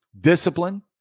discipline